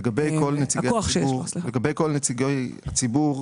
לגבי כל נציגי הציבור,